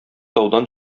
таудан